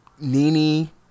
Nini